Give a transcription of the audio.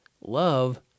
Love